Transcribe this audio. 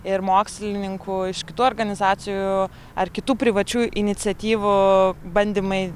ir mokslininkų iš kitų organizacijų ar kitų privačių iniciatyvų bandymai